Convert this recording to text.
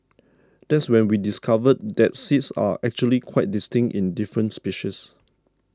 that's when we discovered that seeds are actually quite distinct in different species